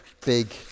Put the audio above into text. big